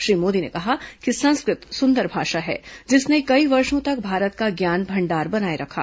श्री मोदी ने कहा कि संस्कृत सुंदर भाषा है जिसने कई वर्षो तक भारत का ज्ञान भंडार बनाए रखा